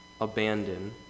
abandon